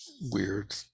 weird